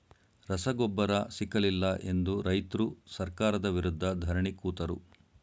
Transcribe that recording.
ರಸಗೊಬ್ಬರ ಸಿಕ್ಕಲಿಲ್ಲ ಎಂದು ರೈತ್ರು ಸರ್ಕಾರದ ವಿರುದ್ಧ ಧರಣಿ ಕೂತರು